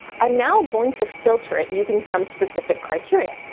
i'm now going to filter it using some specific criteria.